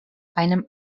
einem